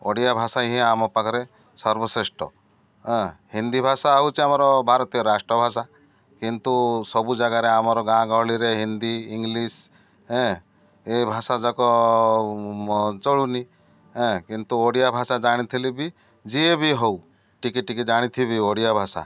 ଓଡ଼ିଆ ଭାଷା ହିଁ ଆମ ପାଖରେ ସର୍ବଶ୍ରେଷ୍ଠ ହିନ୍ଦୀ ଭାଷା ହେଉଛି ଆମର ଭାରତୀୟ ରାଷ୍ଟ୍ରଭାଷା କିନ୍ତୁ ସବୁ ଜାଗାରେ ଆମର ଗାଁ ଗହଳିରେ ହିନ୍ଦୀ ଇଂଲିଶ୍ ଏ ଭାଷା ଯାକ ଚଳୁନି କିନ୍ତୁ ଓଡ଼ିଆ ଭାଷା ଜାଣିଥିଲି ବି ଯିଏ ବି ହଉ ଟିକେ ଟିକେ ଜାଣିଥିବେ ବି ଓଡ଼ିଆ ଭାଷା